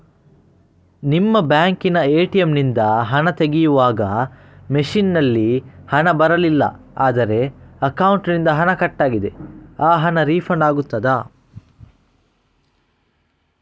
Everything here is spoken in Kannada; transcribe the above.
ನಿಮ್ಮ ಬ್ಯಾಂಕಿನ ಎ.ಟಿ.ಎಂ ನಿಂದ ಹಣ ತೆಗೆಯುವಾಗ ಮಷೀನ್ ನಲ್ಲಿ ಹಣ ಬರಲಿಲ್ಲ ಆದರೆ ಅಕೌಂಟಿನಿಂದ ಹಣ ಕಟ್ ಆಗಿದೆ ಆ ಹಣ ರೀಫಂಡ್ ಆಗುತ್ತದಾ?